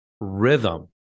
rhythm